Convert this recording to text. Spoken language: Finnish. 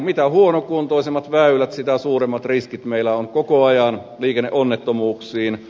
mitä huonokuntoisemmat väylät sitä suuremmat riskit meillä on koko ajan liikenneonnettomuuksiin